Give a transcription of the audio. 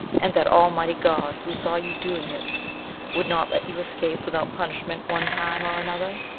and that almighty god who saw you doing it would not let you escape without punishment one time or another?